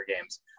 games